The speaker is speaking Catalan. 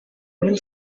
mil